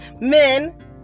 men